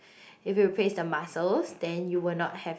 if you replace the muscles then you will not have